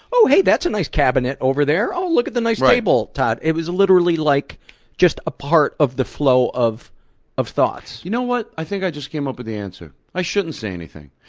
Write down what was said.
hey, that's a nice cabinet over there. oh, look at the nice table, todd. it was literally like just a part of the flow of of thoughts. you know what? i think i just came up with the answer. i shouldn't say anything,